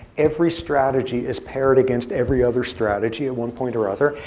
every strategy is paired against every other strategy at one point or other.